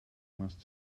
must